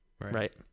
Right